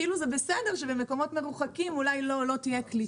כאילו זה בסדר שבמקומות מרוחקים אולי לא תהיה קליטה.